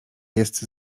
jest